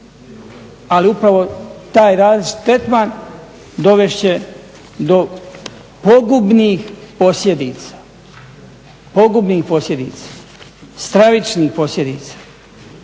Ali upravo taj različiti tretman dovest će do pogubnih posljedica, stravičnih posljedica.